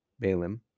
Balaam